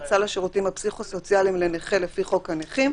סל השירותים הפסיכו-סוציאליים לנכה לפי חוק הנכים,